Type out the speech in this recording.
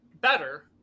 better